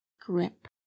grip